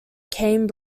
came